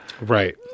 Right